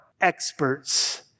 experts